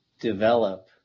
develop